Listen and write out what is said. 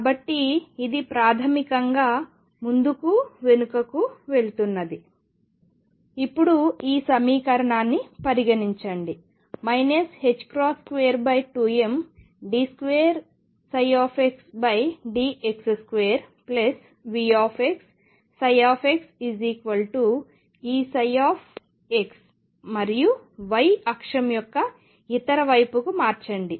కాబట్టి ఇది ప్రాథమికంగా ముందుకు వెనుకకు వెళుతున్నది ఇప్పుడు ఈ సమీకరణాన్ని పరిగణించండి 22md2xdx2VxxEψ మరియు y అక్షం యొక్క ఇతర వైపుకు మార్చండి